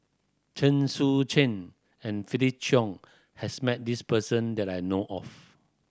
Chen Sucheng and Felix Cheong has met this person that I know of